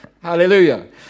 Hallelujah